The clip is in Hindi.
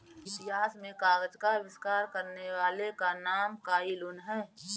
इतिहास में कागज का आविष्कार करने वाले का नाम काई लुन है